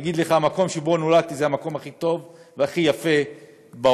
הוא יגיד: המקום שבו נולדתי זה המקום הכי טוב והכי יפה בעולם.